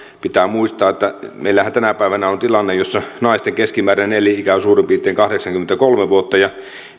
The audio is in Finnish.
pitää muistaa että meillähän tänä päivänä on tilanne jossa naisten keskimääräinen elinikä on suurin piirtein kahdeksankymmentäkolme vuotta ja